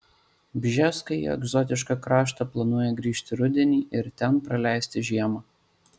bžeskai į egzotišką kraštą planuoja grįžti rudenį ir ten praleisti žiemą